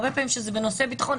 הרבה פעמים שזה בנושא ביטחוני,